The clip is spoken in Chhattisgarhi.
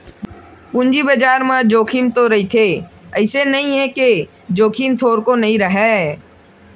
पूंजी बजार म जोखिम तो रहिथे अइसे नइ हे के जोखिम थोरको नइ रहय